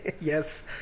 yes